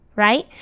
right